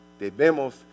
debemos